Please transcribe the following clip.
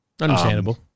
Understandable